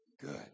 good